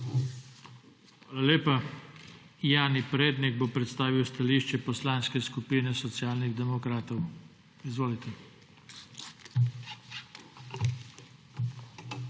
Hvala lepa. Jani Prednik bo predstavil stališče Poslanske skupine Socialnih demokratov. Izvolite. **JANI